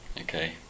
okay